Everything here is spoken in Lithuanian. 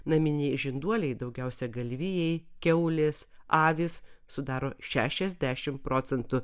naminiai žinduoliai daugiausia galvijai kiaulės avys sudaro šešiasdešimt procentų